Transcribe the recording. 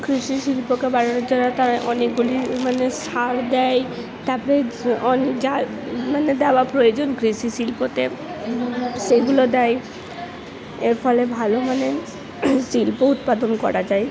কৃষি শিল্পকে তারা অনেকগুলি মানে সার দেয় তারপরে মানে দেওয়া প্রয়োজন কৃষি শিল্পতে সেগুলো দেয় এর ফলে ভালো হলে শিল্প উৎপাদন করা যায়